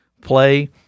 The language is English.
play